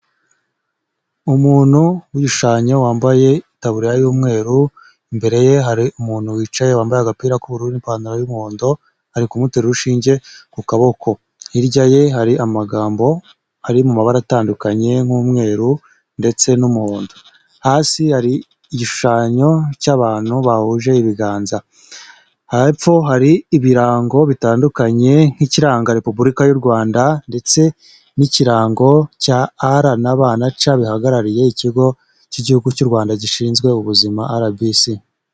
Umuntu w’igishushanyo wambaye itaburiya y'umweru imbere ye hari umuntu wicaye wambaye agapira k'ubururu n’ipantaro y'umuhondo ari kumutera urushinge ku kaboko ,hirya ye hari amagambo ari mu mabara atandukanye nk'umweru ndetse n'umuhondo ,hasi hari igishushanyo cy'abantu bahuje ibiganza ,hepfo hari ibirango bitandukanye nk'ikiranga Repubulika y'u Rwanda ndetse n'ikirango cya r,b na c bihagarariye ikigo cy'igihugu cy'u Rwanda gishinzwe ubuzima RBC.